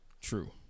True